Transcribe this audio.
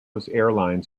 airlines